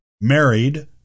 married